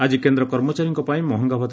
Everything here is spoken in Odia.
ଆକି କେନ୍ଦ କର୍ମଚାରୀଙ୍କ ପାଇଁ ମହଙ୍ଗାଭଉ